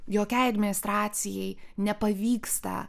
jokiai administracijai nepavyksta